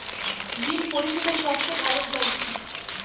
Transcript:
বিল পরিশোধের সবচেয়ে ভালো উপায় কী?